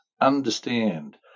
understand